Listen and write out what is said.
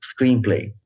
screenplay